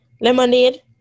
Lemonade